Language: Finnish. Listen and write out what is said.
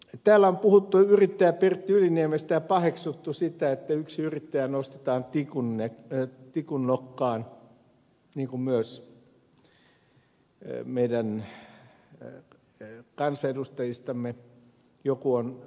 täällä on puhuttu yrittäjä pertti yliniemestä ja paheksuttu sitä että yksi yrittäjä nostetaan tikun nokkaan niin kuin myös meidän kansanedustajistamme joku on ymmärtänyt sanoa